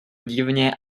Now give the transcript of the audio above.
divně